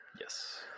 Yes